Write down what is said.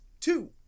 two